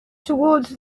toward